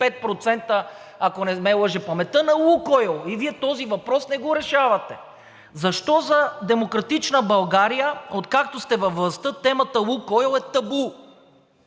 ако не ме лъже паметта, на „Лукойл“ и Вие този въпрос не го решавате. Защо за „Демократична България“, откакто сте във властта, темата „Лукойл“ е табу?